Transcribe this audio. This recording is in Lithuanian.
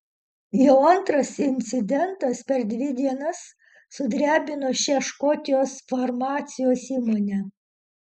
jau antras incidentas per dvi dienas sudrebino šią škotijos farmacijos įmonę